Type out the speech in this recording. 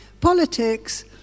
politics